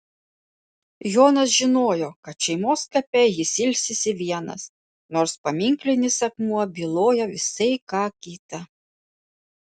jonas žinojo kad šeimos kape jis ilsisi vienas nors paminklinis akmuo byloja visai ką kita